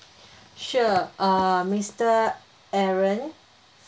sure uh mister aaron